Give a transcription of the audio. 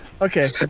okay